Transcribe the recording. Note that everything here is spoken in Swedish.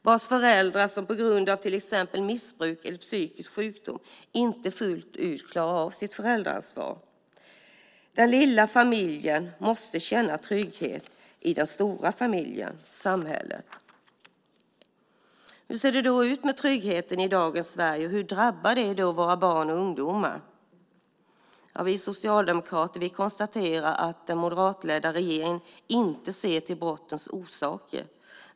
Deras föräldrar klarar på grund av missbruk eller psykisk sjukdom inte att ta sitt föräldraansvar fullt ut. Den lilla familjen måste känna trygghet i den stora familjen, samhället. Hur ser det ut med tryggheten i dagens Sverige? Hur drabbas våra barn och ungdomar? Vi socialdemokrater konstaterar att den moderatledda regeringen inte ser till brottens orsaker.